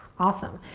awesome,